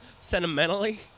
sentimentally